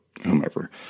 whomever